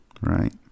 right